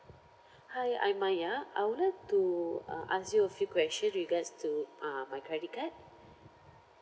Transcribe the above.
hi I'm maya I would like to uh ask you a few questions regards to uh my credit card